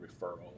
referral